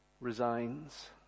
resigns